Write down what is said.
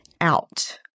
out